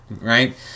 Right